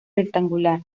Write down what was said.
rectangular